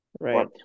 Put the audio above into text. right